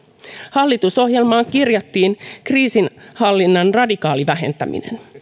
hallitusohjelmaan kirjattiin kriisinhallinnan radikaali vähentäminen